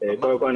קודם כל,